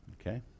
okay